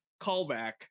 callback